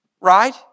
Right